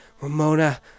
Ramona